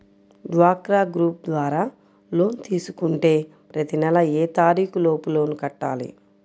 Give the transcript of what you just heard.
డ్వాక్రా గ్రూప్ ద్వారా లోన్ తీసుకుంటే ప్రతి నెల ఏ తారీకు లోపు లోన్ కట్టాలి?